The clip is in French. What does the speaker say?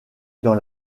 dans